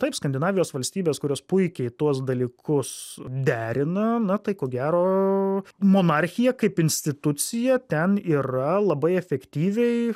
taip skandinavijos valstybės kurios puikiai tuos dalykus derina na tai ko gero monarchija kaip institucija ten yra labai efektyviai